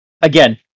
Again